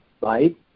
right